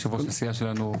יושב ראש הסיעה שלנו,